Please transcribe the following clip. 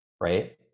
right